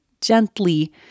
gently